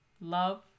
love